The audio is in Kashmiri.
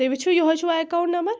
تُہۍ وُچھِو یِہَے چھُوا ایکاوُنٛٹ نمبر